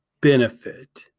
benefit